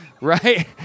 right